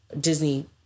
Disney